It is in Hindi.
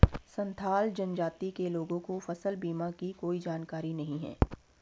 संथाल जनजाति के लोगों को फसल बीमा की कोई जानकारी नहीं है